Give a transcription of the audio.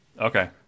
Okay